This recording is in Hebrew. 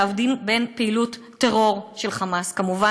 להבדיל בין פעילות טרור של "חמאס" מובן